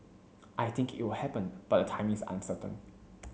I think it will happen but the timing is uncertain